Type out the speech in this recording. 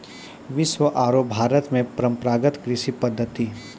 विश्व आरो भारत मॅ परंपरागत कृषि पद्धति